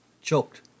choked